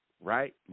right